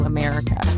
America